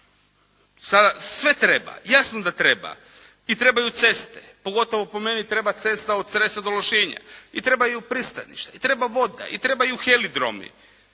sada sve treba, jasno da treba. I trebaju ceste, pogotovo po meni treba cesta od Cresa do Lošinja. I trebaju pristaništa, i treba voda, i trebaju heliodromi,